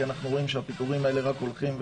כי אנחנו רואים שפיטורים האלה רק הולכים וגדלים.